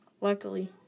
Luckily